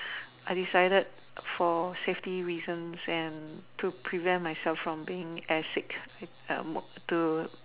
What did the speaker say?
I decided for safety reasons and to prevent myself from being air sick to